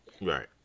right